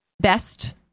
best